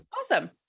awesome